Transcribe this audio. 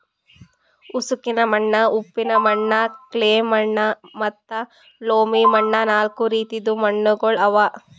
ಉಸುಕಿನ ಮಣ್ಣ, ಉಪ್ಪಿನ ಮಣ್ಣ, ಕ್ಲೇ ಮಣ್ಣ ಮತ್ತ ಲೋಮಿ ಮಣ್ಣ ನಾಲ್ಕು ರೀತಿದು ಮಣ್ಣುಗೊಳ್ ಅವಾ